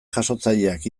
jasotzaileak